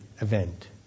event